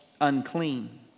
unclean